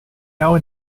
jou